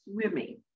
swimming